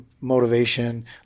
motivation